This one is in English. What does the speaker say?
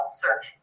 search